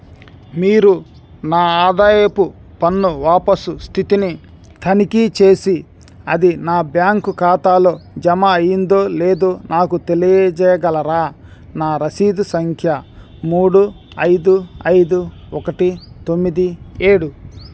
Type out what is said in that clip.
మీరు నా ఆదాయపు పన్ను వాపసు స్థితిని తనిఖీ చేసి అది నా బ్యాంకు ఖాతాలో జమ అయిందో లేదో నాకు తెలియజేయగలరా నా రసీదు సంఖ్య మూడు ఐదు ఐదు ఒకటి తొమ్మిది ఏడు